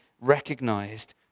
recognized